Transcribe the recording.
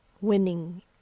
winning